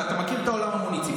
ואתה מכיר את העולם המוניציפלי.